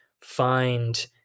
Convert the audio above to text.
find